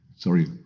Sorry